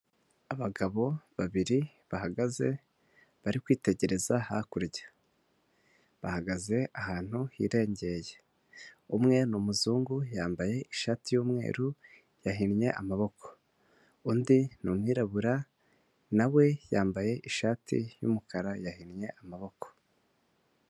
Abagabo babiri bahagaze bari kwitegereza hakurya bahagaze ahantu hirengeye, umwe ni umuzungu yambaye ishati y'umweru yahinnye amaboko, undi ni umwirabura na we yambaye ishati y'umukara yahinnye amaboko.